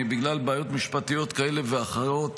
בגלל בעיות משפטיות כאלה ואחרות,